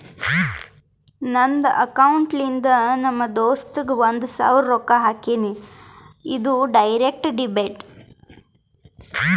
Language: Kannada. ನಂದ್ ಅಕೌಂಟ್ಲೆ ನಮ್ ದೋಸ್ತುಗ್ ಒಂದ್ ಸಾವಿರ ರೊಕ್ಕಾ ಹಾಕಿನಿ, ಇದು ಡೈರೆಕ್ಟ್ ಡೆಬಿಟ್